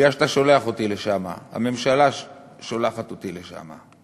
מפני שאתה שולח אותי לשם, הממשלה שולחת אותי לשם.